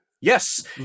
Yes